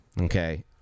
Okay